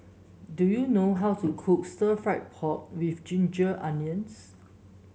do you know how to cook Stir Fried Pork with Ginger Onions